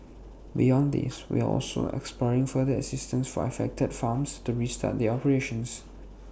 beyond these we are also exploring further assistance for affected farms to restart their operations